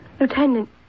Lieutenant